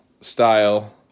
style